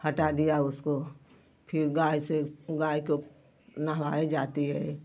हटा दिया उसको फिर गाय से गाय को नहवाई जाती है